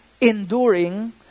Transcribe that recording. enduring